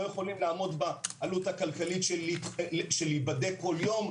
יכולים לעמוד בעלות הכלכלית של להיבדק כל יום,